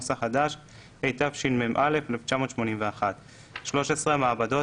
התשמ"א 1981‏; (13)המעבדות,